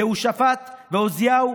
יהושפט ועוזיהו,